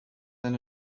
than